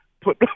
put